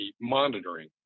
monitoring